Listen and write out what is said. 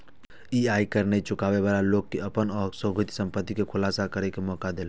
ई आयकर नै चुकाबै बला लोक कें अपन अघोषित संपत्ति के खुलासा करै के मौका देलकै